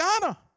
Ghana